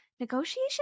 Negotiation